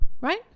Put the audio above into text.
Right